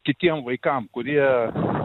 kitiem vaikam kurie